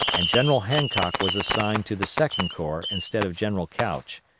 and general hancock was assigned to the second corps instead of general couch,